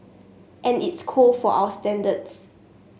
and it's cold for our standards